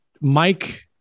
Mike